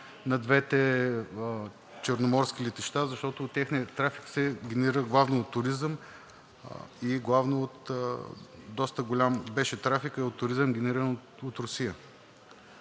на двете черноморски летища, защото техният трафик се генерира главно от туризъм и от доста големия трафик, генериран от Русия.